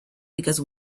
because